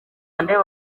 ndeba